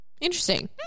Interesting